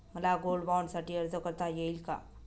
मला गोल्ड बाँडसाठी अर्ज करता येईल का?